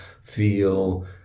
feel